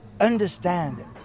understand